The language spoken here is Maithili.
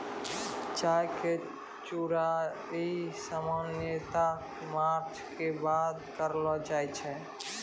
चाय के तुड़ाई सामान्यतया मार्च के बाद करलो जाय छै